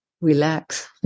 Relax